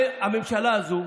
הממשלה הזו